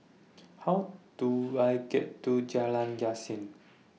How Do I get to Jalan Yasin